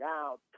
out